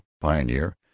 Pioneer